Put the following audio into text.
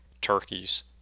turkeys